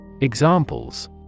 Examples